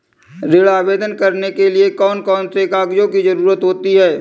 ऋण आवेदन करने के लिए कौन कौन से कागजों की जरूरत होती है?